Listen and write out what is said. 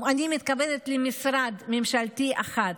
אני מתכוונת למשרד ממשלתי אחד.